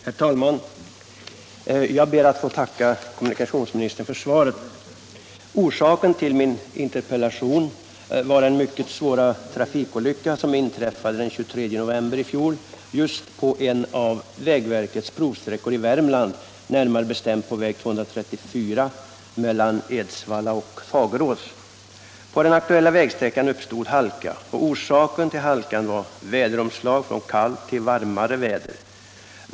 Herr talman! Jag ber att få tacka kommunikationsministern för svaret. Orsaken till min interpellation var den mycket svåra trafikolycka som inträffade den 23 november i fjol på en av vägverkets provsträckor i Värmland, närmare bestämt på väg 234 mellan Edsvalla och Fagerås. På den aktuella vägsträckan uppstod halka, och orsaken till halkan var omslag från varmt till kallt väder.